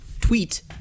tweet